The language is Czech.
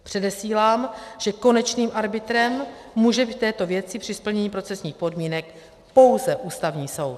Předesílám, že konečným arbitrem může být v této věci při splnění procesních podmínek pouze Ústavní soud.